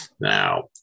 Now